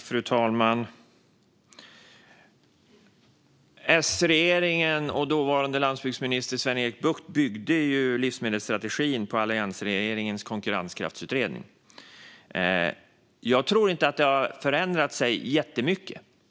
Fru talman! S-regeringen och dåvarande landsbygdsminister Sven-Erik Bucht byggde ju livsmedelsstrategin på alliansregeringens konkurrenskraftsutredning. Jag tror inte att det har förändrats jättemycket.